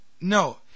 No